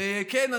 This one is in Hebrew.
כן,